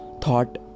Thought